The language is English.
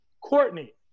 courtney